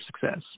success